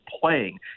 playing